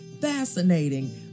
fascinating